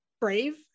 brave